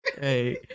Hey